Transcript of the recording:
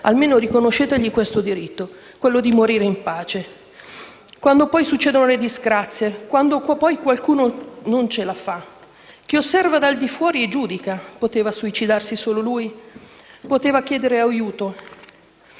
almeno riconoscete loro il diritto di morire in pace. Quando poi succedono le disgrazie, quando poi qualcuno non ce la fa, chi osserva dal di fuori giudica; poteva suicidarsi solo lui? Poteva chiedere aiuto.